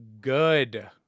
good